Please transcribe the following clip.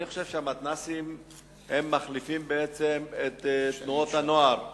אני חושב שהמתנ"סים מחליפים את תנועות הנוער,